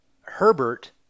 Herbert